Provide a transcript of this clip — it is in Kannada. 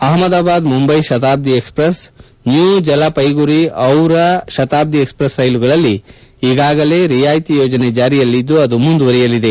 ಅಪಮಾದಾದಾದ್ Mumbai Shatabdi express new Jalpaiguri Howrah Shatabdi express ರೈಲುಗಳಲ್ಲಿ ಈಗಾಗಲೇ ರಿಯಾಯಿತ ಯೋಜನೆ ಜಾರಿಯಲ್ಲಿದ್ದು ಅದು ಮುಂದುವರೆಯಲಿದೆ